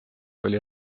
oli